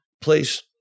place